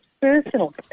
personal